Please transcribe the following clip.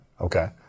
Okay